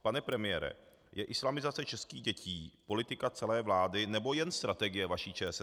Pane premiére, je islamizace českých dětí politika celé vlády, nebo jen strategie vaší ČSSD?